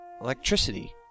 electricity